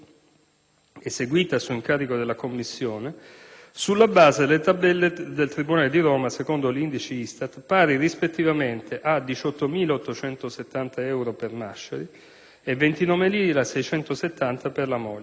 eseguita su incarico della commissione, sulla base delle tabelle del tribunale di Roma secondo gli indici ISTAT, pari rispettivamente a euro 18.870 euro per Masciari e a 29.670 euro per la moglie;